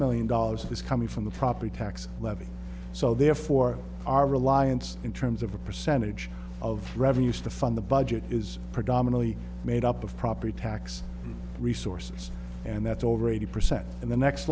million dollars is coming from the property tax levy so therefore our reliance in terms of a percentage of revenues to fund the budget is predominately made up of property tax resources and that's over eighty percent and the next